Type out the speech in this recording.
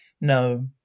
No